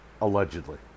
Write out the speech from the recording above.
allegedly